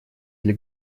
для